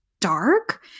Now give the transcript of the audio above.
dark